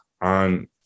on